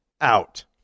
out